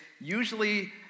usually